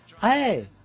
hey